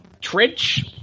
trench